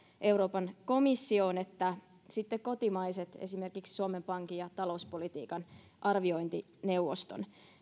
euroopan komissioon että kotimaiset esimerkiksi suomen pankin ja talouspolitiikan arviointineuvoston